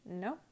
No